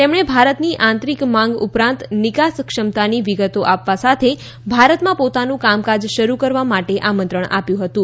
તેમણે ભારતની આંતરિક માંગ ઉપરાંત નિકાસ ક્ષમતાની નિગતો આપવા સાથે ભારતમાં પોતાનું કામકાજ શરૂ કરવા માટે આમંત્રણ આપ્યું હતુ